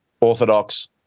Orthodox